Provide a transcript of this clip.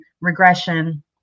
regression